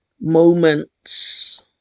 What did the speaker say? moments